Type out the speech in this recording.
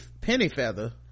Pennyfeather